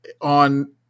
on